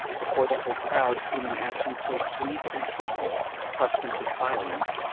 before the whole crowd, whom an action so sweet and simple hushed into silence,